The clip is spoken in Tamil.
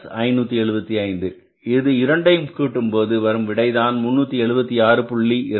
75 575 இது இரண்டையும் கூட்டும்போது விடை ரூபாய் 376